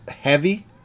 heavy